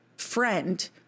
friend